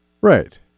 Right